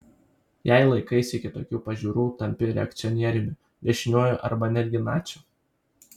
jei laikaisi kitokių pažiūrų tampi reakcionieriumi dešiniuoju arba netgi naciu